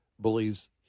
believes